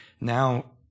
now